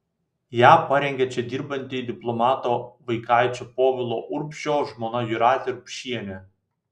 ją parengė čia dirbanti diplomato vaikaičio povilo urbšio žmona jūratė urbšienė